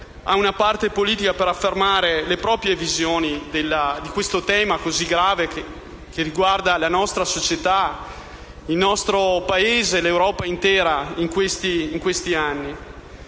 ad una parte politica per affermare le proprie visioni rispetto ad un tema così grave che riguarda la nostra società, il nostro Paese, l'Europa intera negli ultimi anni.